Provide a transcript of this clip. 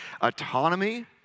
Autonomy